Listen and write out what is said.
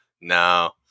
no